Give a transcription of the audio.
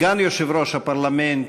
סגן יושב-ראש הפרלמנט,